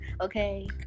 Okay